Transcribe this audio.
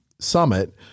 summit